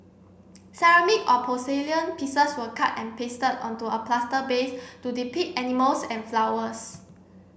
ceramic or porcelain pieces were cut and pasted onto a plaster base to depict animals and flowers